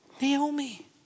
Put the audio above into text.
Naomi